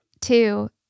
two